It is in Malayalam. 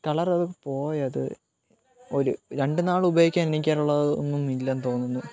കളറത് പോയത് ഒരു രണ്ട് നാളുപയോഗിക്കാനുള്ളതൊന്നും ഇല്ലെന്ന് തോന്നുന്നു